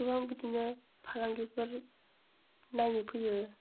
गोबां बिदिनो फालांगिफोर नायनो फैयो